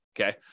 Okay